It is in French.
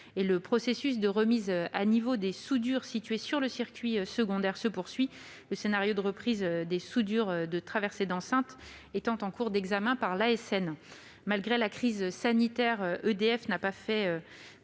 le processus de remise à niveau des soudures situées sur le circuit secondaire se poursuit, le scénario de reprise des soudures de traversées de l'enceinte étant en cours d'examen par l'ASN (Autorité de sûreté nucléaire). Malgré la crise sanitaire, EDF n'a pas fait